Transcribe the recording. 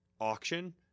auction